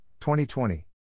2020